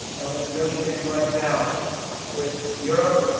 and we're negotiating right now with europe.